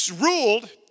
ruled